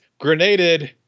grenaded